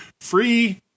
free